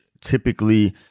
typically